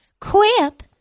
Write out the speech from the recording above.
Quip